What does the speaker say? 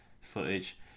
footage